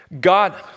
God